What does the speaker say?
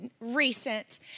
recent